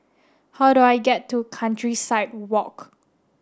how do I get to Countryside Walk